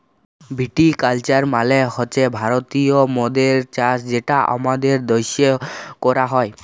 ভিটি culture মালে হছে ভারতীয় মদের চাষ যেটা আমাদের দ্যাশে ক্যরা হ্যয়